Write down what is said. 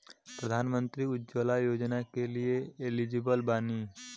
प्रधानमंत्री उज्जवला योजना के लिए एलिजिबल बानी?